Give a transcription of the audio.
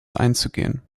einzugehen